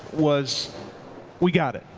was we got it.